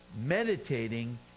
meditating